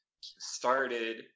started